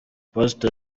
pastor